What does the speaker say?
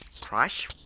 crush